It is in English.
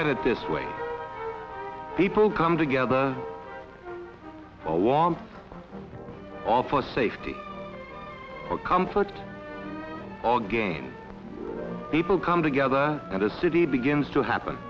at it this way people come together for warmth all for safety comfort all gain people come together and the city begins to happen